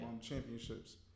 Championships